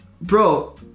bro